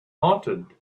haunted